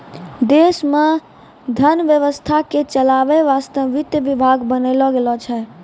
देश मे धन व्यवस्था के चलावै वासतै वित्त विभाग बनैलो गेलो छै